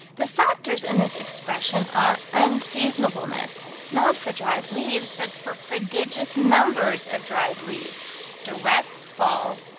the factors in this expression are unseasonableness, not for dried leaves, but for prodigious numbers of dried leaves direct fall,